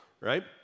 right